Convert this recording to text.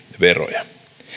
veroja